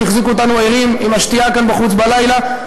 שהחזיקו אותנו ערים עם השתייה כאן בחוץ בלילה.